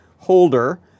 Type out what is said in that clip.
holder